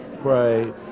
pray